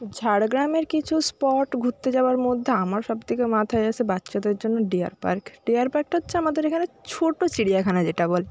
ঝাড়গ্রামের কিছু স্পট ঘুরতে যাওয়ার মধ্যে আমার সব থেকে মাথায় আসে বাচ্চাদের জন্য ডিয়ার পার্ক ডিয়ার পার্কটা হচ্ছে আমাদের এখানে ছোটো চিড়িয়াখানা যেটা বলে